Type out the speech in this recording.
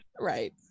Right